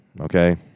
okay